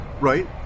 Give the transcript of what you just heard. right